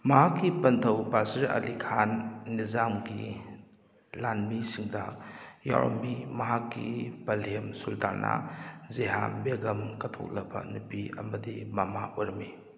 ꯃꯍꯥꯛꯀꯤ ꯄꯟꯊꯧ ꯄꯥꯁꯤꯔ ꯑꯂꯤ ꯈꯥꯟ ꯅꯤꯖꯥꯝꯒꯤ ꯂꯥꯟꯃꯤꯁꯤꯡꯗ ꯌꯥꯎꯔꯝꯃꯤ ꯃꯍꯥꯛꯀꯤ ꯄꯂꯦꯝ ꯁꯨꯜꯇꯥꯅꯥ ꯖꯤꯍꯥꯝ ꯕꯦꯒꯝ ꯀꯠꯊꯣꯛꯂꯕ ꯅꯨꯄꯤ ꯑꯃꯗꯤ ꯃꯃꯥ ꯑꯣꯏꯔꯝꯃꯤ